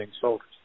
soldiers